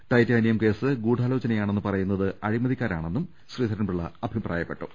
titanium case ഗൂഢാലോചനയാണെന്ന് പറ യുന്നത് അഴിമതിക്കാരാണെന്നും ശ്രീധരൻ പിള്ള അഭിപ്രായപ്പെട്ടു